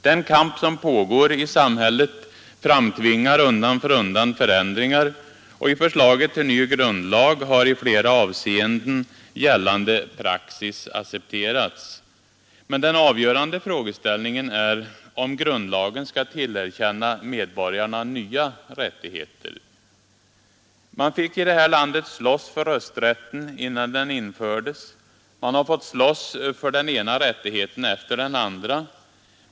Den kamp som pågår i samhället framtvingar undan för undan förändringar, och i förslaget till ny grundlag har i flera avseenden gällande praxis accepterats. Men den avgörande frågeställningen är om grundlagen skall tillerkänna medborgarna nya rättigheter. Man fick i det här landet slåss för rösträtten innan den infördes. Man har fått slåss för den ena rättigheten efter den andra.